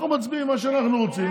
אנחנו מצביעים מה שאנחנו רוצים.